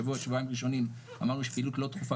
שבוע-שבועיים ראשונים אמרנו שפעילות לא דחופה,